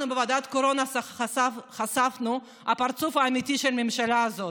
בוועדת הקורונה חשפנו את הפרצוף האמיתי של הממשלה הזאת,